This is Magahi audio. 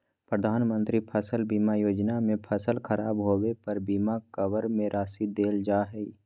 प्रधानमंत्री फसल बीमा योजना में फसल खराब होबे पर बीमा कवर में राशि देल जा हइ